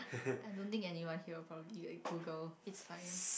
I don't think anyone will probably will add Google it's fine